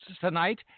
tonight